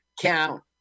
count